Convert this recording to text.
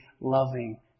loving